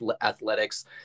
athletics